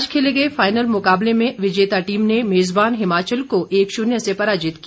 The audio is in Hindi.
आज खेले गए फाइनल मुकाबले में विजेता टीम ने मेज़बान हिमाचल को एक शून्य से पराजित किया